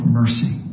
mercy